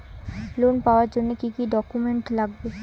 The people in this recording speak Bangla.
লোন পাওয়ার জন্যে কি কি ডকুমেন্ট লাগবে?